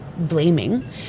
blaming